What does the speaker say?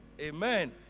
Amen